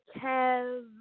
Kev